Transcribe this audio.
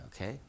okay